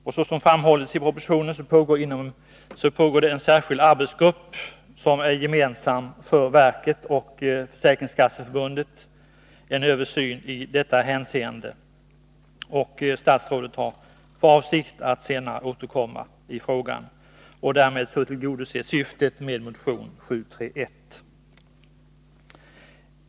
Såsom framhållits i propositionen pågår inom en särskild arbetsgrupp, som är gemensam för verket och Försäkringskasseförbundet, en översyn i detta hänseende, och statsrådet har för avsikt att senare återkomma i frågan. Därmed tillgodoses syftet med motion 731.